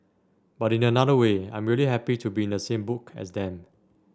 but in another way I'm really happy to be in the same book as them